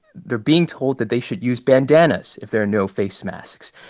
they're being told that they should use bandanas if there are no face masks.